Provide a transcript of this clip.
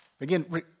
Again